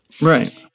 Right